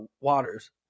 Waters